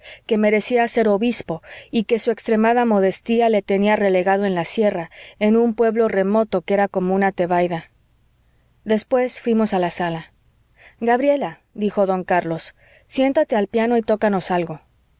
que merecía ser obispo y que su extremada modestia le tenía relegado en la sierra en un pueblo remoto que era como una tebaida después fuimos a la sala gabriela dijo don carlos siéntate al piano y tócanos algo